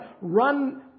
run